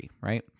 right